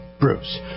Bruce